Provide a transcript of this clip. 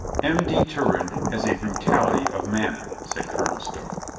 m. de turenne has a brutality of manner, said colonel stow.